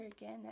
again